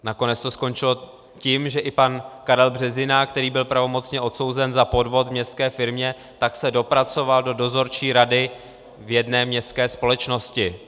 Nakonec to skončilo tím, že i pan Karel Březina, který byl pravomocně odsouzen za podvod v městské firmě, se dopracoval do dozorčí rady v jedné městské společnosti.